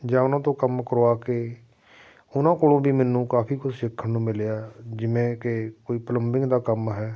ਜਾਂ ਉਹਨਾਂ ਤੋਂ ਕੰਮ ਕਰਵਾ ਕੇ ਉਹਨਾਂ ਕੋਲੋਂ ਵੀ ਮੈਨੂੰ ਕਾਫੀ ਕੁਛ ਸਿੱਖਣ ਨੂੰ ਮਿਲਿਆ ਜਿਵੇਂ ਕਿ ਕੋਈ ਪਲੰਬਿੰਗ ਦਾ ਕੰਮ ਹੈ